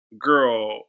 girl